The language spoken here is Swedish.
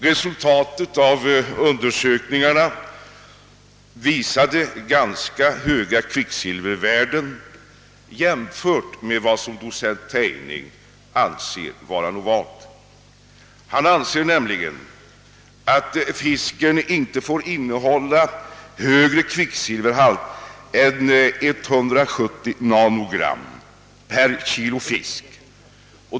Resultatet av undersökningarna visade ganska höga kvicksilvervärden jämfört med vad docent Tejning anser vara normalt. Han anser nämligen att fisken inte får innehålla högre kvicksilverhalt än 170 nanogram per kilo fisk.